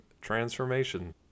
transformation